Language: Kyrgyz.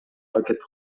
аракет